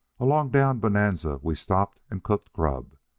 along down bonanza we stopped and cooked grub.